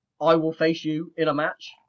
I-will-face-you-in-a-match